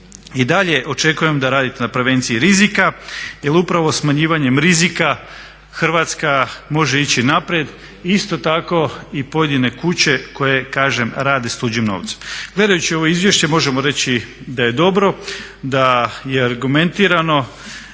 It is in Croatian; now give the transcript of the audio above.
I dalje očekujem da radite na prevenciji rizika jer upravo smanjivanjem rizika Hrvatska može ići naprijed i isto tako i pojedine kuće koje kažem rade s tuđim novcem. Gledajući ovo izvješće možemo reći da je dobro, da je argumentirano